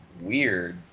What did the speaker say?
weird